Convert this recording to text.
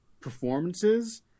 performances